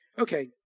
okay